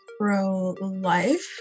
pro-life